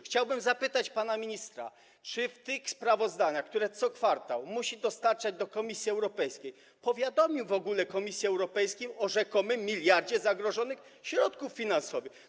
Chciałbym zapytać pana ministra, czy w tych sprawozdaniach, które co kwartał musi dostarczać do Komisji Europejskiej, powiadomił w ogóle Komisję Europejską o rzekomym miliardzie zagrożonych środków finansowych.